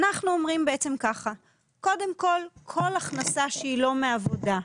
אנחנו אומרים קודם כל שכל הכנסה שהיא לא מעבודה,